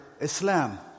Islam